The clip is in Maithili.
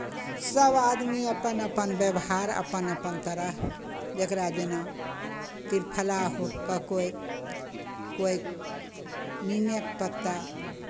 सभ आदमी अपन अपन व्यवहार अपन अपन तरह जकरा जेना त्रिफलाके कोइ कोइ नीमेके पत्ता